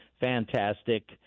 Fantastic